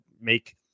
make